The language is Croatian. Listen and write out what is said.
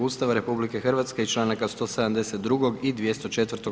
Ustava RH i članaka 172. i 204.